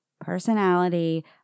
personality